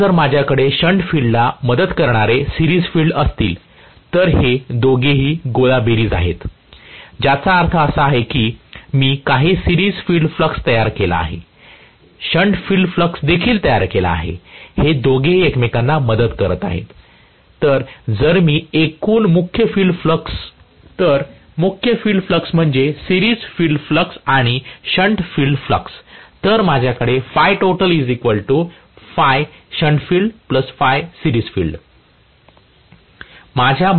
आता जर माझ्याकडे शंट फील्डला मदत करणारे सिरिज फील्ड असतील तर ते दोघेही गोळाबेरीज आहेत ज्याचा अर्थ असा आहे कि मी काही सिरिज फील्ड फ्लक्स तयार केला आहे शंट फील्ड फ्लक्स देखील तयार केला आहे ते दोघेही एकमेकांना मदत करत आहेत तर जर मी एकूण मुख्य फील्ड फ्लक्स तर मुख्य फील्ड फ्लक्स म्हणजे सिरिज फील्ड फ्लक्स आणि शंट फील्ड फ्लक्स तर माझ्याकडे ɸTotal ɸShuntField ɸseriesfield